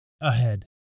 ahead